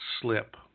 slip